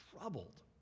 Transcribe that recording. troubled